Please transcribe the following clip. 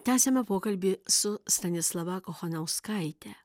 tęsiame pokalbį su stanislava kochanauskaite